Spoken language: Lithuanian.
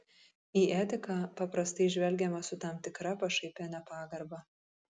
į etiką paprastai žvelgiama su tam tikra pašaipia nepagarba